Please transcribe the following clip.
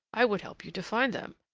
i would help you to find them,